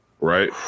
right